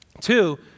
Two